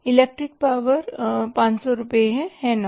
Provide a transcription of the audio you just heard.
electric power 500 रुपये है है ना